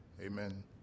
Amen